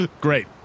Great